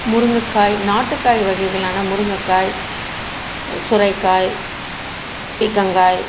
முருங்கக்காய் நாட்டுக்காய் வகைகளான முருங்கக்காய் சுரைக்காய் பீர்க்கங்காய்